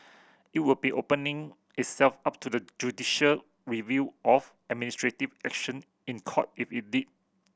it would be opening itself up to the judicial review of administrative action in Court if it did